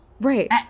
Right